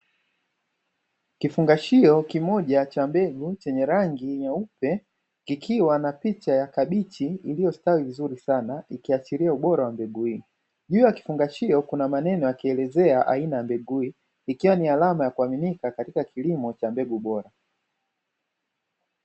Kifungashio kimoja cha mbegu chenye rangi nyeupe kikiwa na picha ya kabichi iliyostawi vizuri sana ikiashiria ubora wa mbegu hii. Juu ya kifungashio kuna maneno yakielezea aina ya mbegu hii ikiwa ni alama ya kuaminika katika kilimo cha mbegu bora.